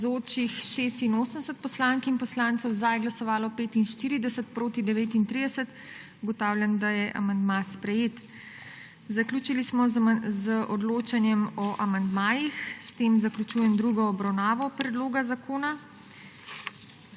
proti 39. (Za je glasovalo 45.) (Proti 39.) Ugotavljam, da je amandma sprejet. Zaključili smo z odločanjem o amandmajih. S tem zaključujem drugo obravnavo predloga zakona.